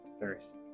thirst